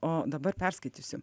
o dabar perskaitysiu